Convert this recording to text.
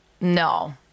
No